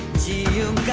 see you